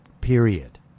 period